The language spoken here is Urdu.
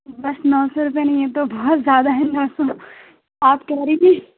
بس نو سو روپیہ نہیں یہ تو بہت زیادہ ہے نو سو آپ کہہ رہی تھیں